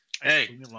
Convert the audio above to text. hey